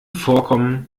vorkommen